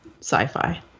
sci-fi